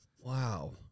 wow